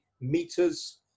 meters